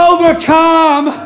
Overcome